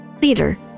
Leader